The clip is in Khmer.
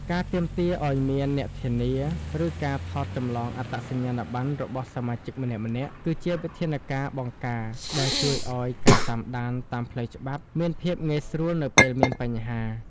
ការទាមទារឱ្យមាន "អ្នកធានា" ឬការថតចម្លងអត្តសញ្ញាណប័ណ្ណរបស់សមាជិកម្នាក់ៗ គឺជាវិធានការបង្ការដែលជួយឱ្យការតាមដានតាមផ្លូវច្បាប់មានភាពងាយស្រួលនៅពេលមានបញ្ហា។